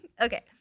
Okay